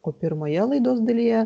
o pirmoje laidos dalyje